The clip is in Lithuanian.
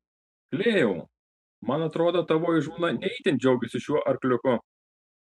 klėjau man atrodo tavoji žmona ne itin džiaugiasi šiuo arkliuku